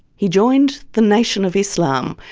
he joined the nation of islam,